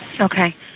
Okay